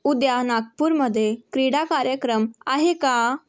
उद्या नागपूरमध्ये क्रीडा कार्यक्रम आहे का